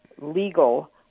legal